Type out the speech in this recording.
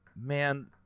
man